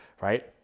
right